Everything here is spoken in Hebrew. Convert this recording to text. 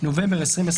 בנובמבר 2021),